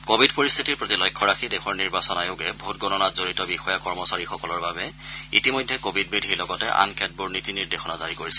covid পৰিস্থিতিৰ প্ৰতি লক্ষ্য ৰাখি দেশৰ নিৰ্বাচন আয়োগে ভোট গণনাত জড়িত বিষয়া কৰ্মচাৰীসকলৰ বাবে ইতিমধ্যে কোৱিড বিধিৰ লগতে আন কেতবোৰ নীতি নিৰ্দেশনা জাৰি কৰিছে